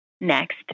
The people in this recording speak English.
Next